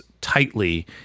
tightly